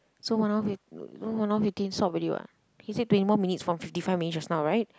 so one hour fif~ one hour fifteen can stop already [what] he said twenty more minutes from fifty five minute just now right